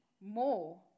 more